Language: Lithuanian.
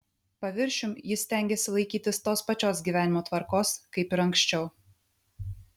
paviršium jis stengėsi laikytis tos pačios gyvenimo tvarkos kaip ir anksčiau